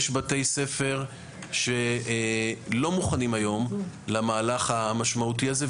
יש בתי ספר שלא מוכנים היום למהלך המשמעותי הזה,